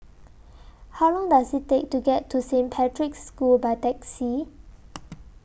How Long Does IT Take to get to Saint Patrick's School By Taxi